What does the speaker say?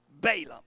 Balaam